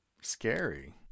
scary